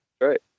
right